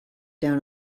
down